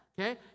Okay